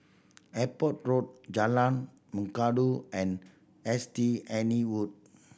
Airport Road Jalan Mengkudu and S T Anne Wood